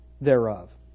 thereof